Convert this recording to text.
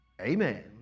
amen